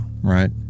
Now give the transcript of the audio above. Right